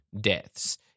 deaths